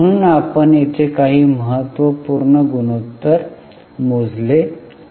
म्हणून आपण येथे काही महत्त्वपूर्ण गुणोत्तर मोजले आहेत